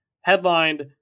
headlined